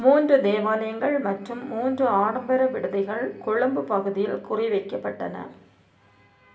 மூன்று தேவாலயங்கள் மற்றும் மூன்று ஆடம்பர விடுதிகள் கொழும்பு பகுதியில் குறிவைக்கப்பட்டனர்